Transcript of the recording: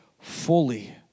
fully